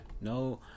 No